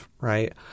right